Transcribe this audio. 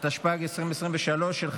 נכון.